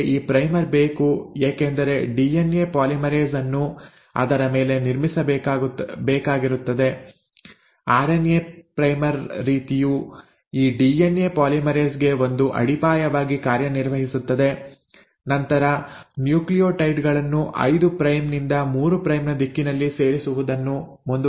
ನಿಮಗೆ ಈ ಪ್ರೈಮರ್ ಬೇಕು ಏಕೆಂದರೆ ಡಿಎನ್ಎ ಪಾಲಿಮರೇಸ್ ಅನ್ನು ಅದರ ಮೇಲೆ ನಿರ್ಮಿಸಬೇಕಾಗಿರುತ್ತದೆ ಆರ್ಎನ್ಎ ಪ್ರೈಮರ್ ರೀತಿಯು ಈ ಡಿಎನ್ಎ ಪಾಲಿಮರೇಸ್ ಗೆ ಒಂದು ಅಡಿಪಾಯವಾಗಿ ಕಾರ್ಯನಿರ್ವಹಿಸುತ್ತದೆ ನಂತರ ನ್ಯೂಕ್ಲಿಯೋಟೈಡ್ ಗಳನ್ನು 5 ಪ್ರೈಮ್ ನಿಂದ 3 ಪ್ರೈಮ್ ನ ದಿಕ್ಕಿನಲ್ಲಿ ಸೇರಿಸುವುದನ್ನು ಮುಂದುವರಿಸುತ್ತದೆ